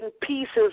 pieces